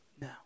No